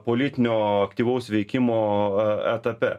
politinio aktyvaus veikimo etape